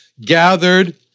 gathered